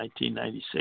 1996